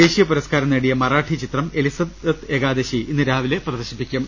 ദേശീയ പുരസ്കാരം നേടിയ മറാഠി ചിത്രം എലിസബത്ത് ഏകാദശി ഇന്ന് രാവിലെ പ്രദർശിപ്പിക്കും